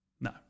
No